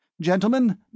Gentlemen